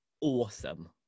Awesome